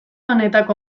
honetako